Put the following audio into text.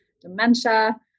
dementia